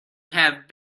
have